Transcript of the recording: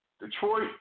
Detroit